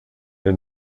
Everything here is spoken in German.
der